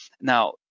Now